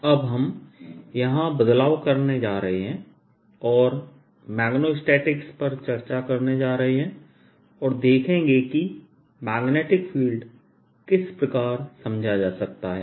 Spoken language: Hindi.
अब हम यहां बदलाव करने जा रहे हैं और मैग्नेटोस्टैटिक्स पर चर्चा करने जा रहे हैं और देखेंगे कि मैग्नेटिक फील्ड किस प्रकार समझा जा सकता है